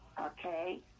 okay